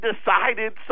decided